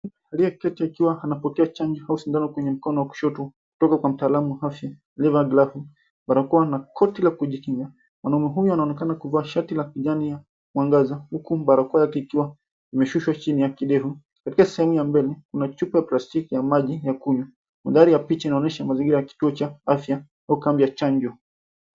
Aliyeketi akiwa anapokea chanjo au sindano kwenye mkono wa kushoto kutoka kwa mtaalamu wa afya, aliyevaa glavu, barakoa na koti la kujikinga. Mwanaume huyu anaonekana kuvaa shati la kijani ya mwangaza huku barakoa yake ikiwa imeshushwa chini ya kidevu. Katika sehemu ya mbele kuna chupa ya plastiki ya maji ya kunywa. Mandhari ya picha inaonyesha mazingira ya kituo cha afya au kambi ya chanjo.